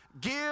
give